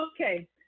Okay